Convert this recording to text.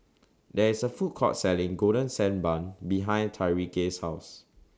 There IS A Food Court Selling Golden Sand Bun behind Tyreke's House